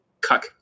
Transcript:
cuck